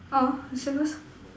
orh you say first